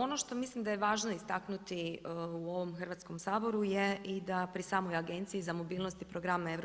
Ono što mislim da je važno istaknuti u ovom Hrvatskom saboru je i da pri samoj Agenciji za mobilnost i program EU,